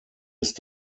ist